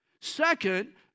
Second